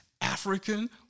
African